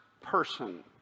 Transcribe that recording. person